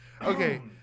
Okay